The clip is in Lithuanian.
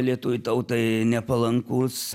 lietuvių tautai nepalankus